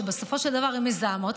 שבסופו של דבר הן מזהמות,